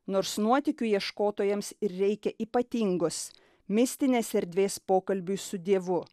nors nuotykių ieškotojams ir reikia ypatingos mistinės erdvės pokalbiui su dievu